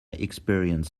experience